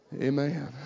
Amen